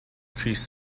decreased